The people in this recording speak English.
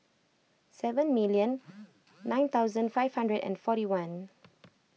seven million nine thousand five hundred and forty one